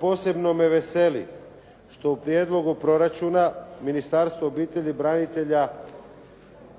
Posebno me veseli što u prijedlogu proračuna Ministarstvo obitelji i branitelja